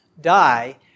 die